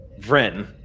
Vren